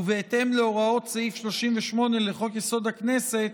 ובהתאם להוראות סעיף 38 לחוק-יסוד: הכנסת,